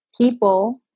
people